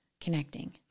connecting